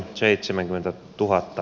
arvoisa puhemies